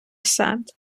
сад